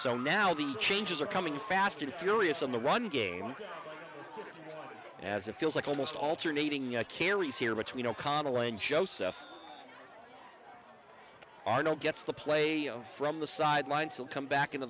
so now the changes are coming fast and furious in the run game as it feels like almost alternating carries here between o'connell and joseph arnold gets the play of from the sidelines will come back into